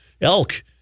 elk